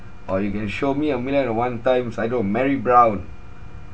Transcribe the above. or you can show me a million and one times I don't know marrybrown